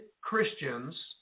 Christians